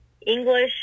English